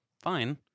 Fine